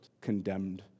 condemned